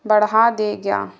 بڑھا دے گا